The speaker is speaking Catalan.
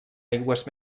aigües